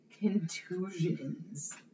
contusions